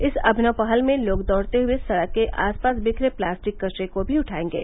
इस अभिनव पहल में लोग दौड़ते हुये सड़क के आसपास दिखरे प्लास्टिक कचरे को भी उठायेंगे